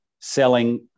selling